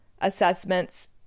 assessments